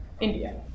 India